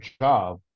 job